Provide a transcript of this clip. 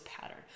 pattern